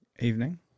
Evening